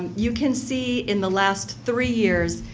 you can see in the last three years,